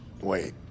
Wait